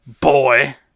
boy